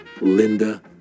Linda